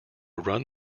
run